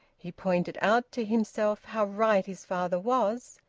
he pointed out to himself how right his father was.